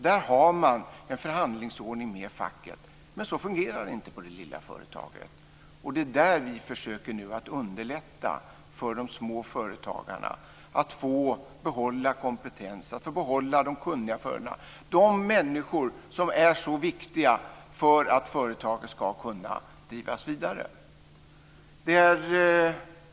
Där har man en förhandlingsordning med facket. Men så fungerar det inte på det lilla företaget. Det är där vi nu försöker att underlätta för de små företagarna att få behålla kompetens, att få behålla de kunniga medarbetarna - de människor som är så viktiga för att företaget ska kunna drivas vidare.